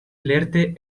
lerte